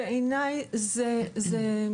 בעיניי זה,